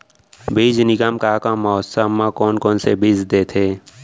बीज निगम का का मौसम मा, कौन कौन से बीज देथे?